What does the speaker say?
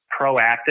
proactive